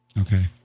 Okay